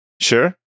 Sure